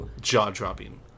jaw-dropping